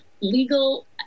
legal